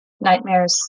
nightmares